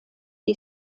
die